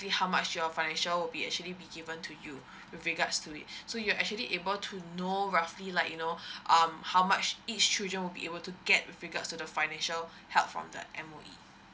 how much your financial would be actually be given to you with regards to it so you actually able to know roughly like you know um how much each children will be able to get with regards to the financial help from the M_O_E